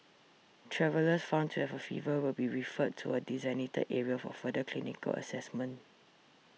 travellers found to have a fever will be referred to a designated area for further clinical assessment